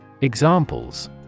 Examples